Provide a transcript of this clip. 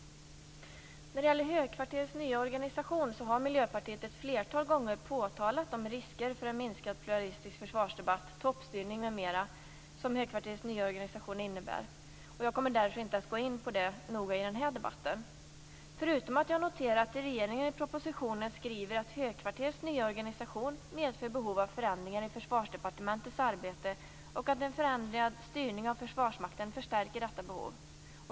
När det gäller högkvarterets nya organisation, har Miljöpartiet ett flertal gånger påtalat de risker för en minskad pluralistisk försvarsdebatt, toppstyrning m.m. som högkvarterets nya organisation innebär. Jag kommer därför inte att gå in på den frågan i den här debatten, förutom att jag noterat att regeringen i propositionen skriver att högkvarterets nya organisation medför behov av förändringar i Försvarsdepartementets arbete och att en förändrad styrning av Försvarsmakten förstärker detta behov.